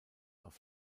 auf